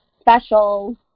special